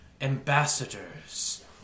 ambassadors